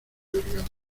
vergara